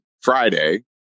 Friday